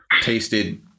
tasted